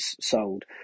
sold